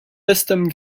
bestem